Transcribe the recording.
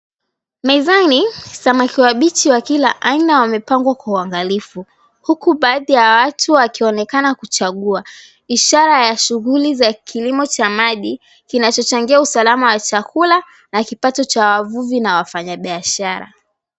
Mezani samaki wabichi wa kila aina wamepangwa kwa uangalifu huku baadhi ya watu wakionekana kuchagua ishara ya shughuli za kilimo cha maji kinachochangia usalama wa chakula na kipato cha wavuvi na wafanyabiashara.